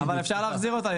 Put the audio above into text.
אבל אפשר להחזיר אותה.